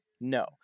No